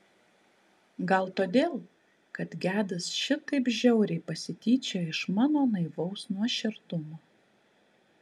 gal todėl kad gedas šitaip žiauriai pasityčiojo iš mano naivaus nuoširdumo